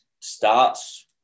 starts